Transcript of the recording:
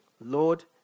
Lord